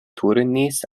turnis